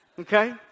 okay